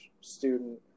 student